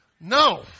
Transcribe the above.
No